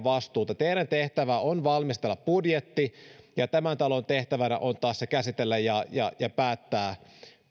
vastuutanne teidän tehtävänänne on valmistella budjetti ja tämän talon tehtävänä on taas se käsitellä ja ja päättää